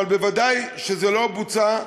אבל ודאי שזה לא בוצע,